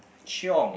chiong